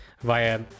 via